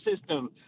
system